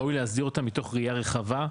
ראוי להסדיר אותם מתוך ראייה רחבה,